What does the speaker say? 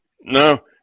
No